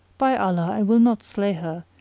by allah, i will not slay her,